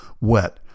wet